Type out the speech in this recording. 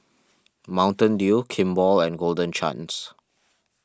Mountain Dew Kimball and Golden Chance